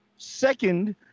Second